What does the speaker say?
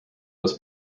was